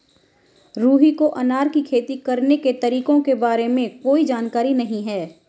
रुहि को अनार की खेती करने के तरीकों के बारे में कोई जानकारी नहीं है